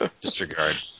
Disregard